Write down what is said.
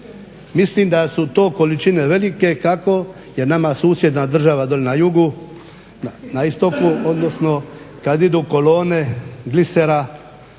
Mislim da su to količine velike, kako jer nama susjedna država dolje na jugu, na istoku odnosno kad idu kolone glisera